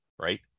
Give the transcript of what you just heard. right